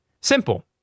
Simple